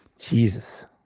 jesus